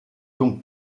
donc